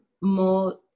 more